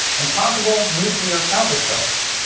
and possible nuclear counter strikes.